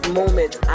moment